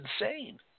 insane